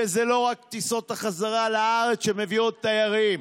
וזה לא רק טיסות החזרה לארץ שמביאות תיירים,